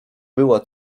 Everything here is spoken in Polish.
była